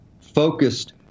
focused